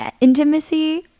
intimacy